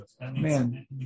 Man